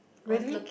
really